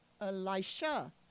Elisha